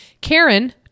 Karen